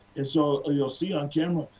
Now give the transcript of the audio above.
and so you will see on camera,